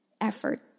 effort